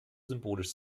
symbolisch